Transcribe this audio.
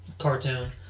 cartoon